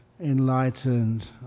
enlightened